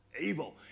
evil